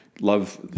Love